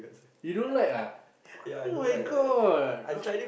you don't like ah [oh]-my-god